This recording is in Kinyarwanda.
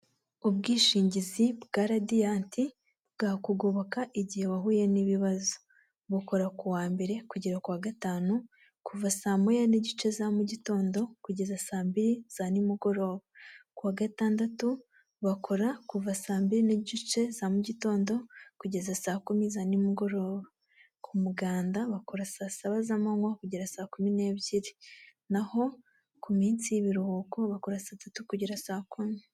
Ubwishingizi bwa radiyanti bwakugoboka igihe wahuye n'ibibazo, bukora kuwa mbere kugera ku wa gatanu, kuva saa moya n'igice za mu gitondo kugeza saa mbili za ni mugoroba, kuwa gatandatu bakora kuva saa mbili n'igice za mu gitondo kugeza saa kumi za ni mugoroba, ku muganda bakora saa saba z'amanywa kugera saa kumi n'ebyiri, n'aho ku minsi y'ibiruhuko bakora saa tatu kugera saa kumi.